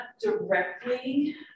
directly